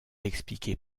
expliquer